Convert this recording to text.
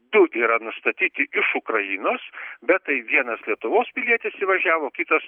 du yra nustatyti iš ukrainos bet tai vienas lietuvos pilietis įvažiavo kitas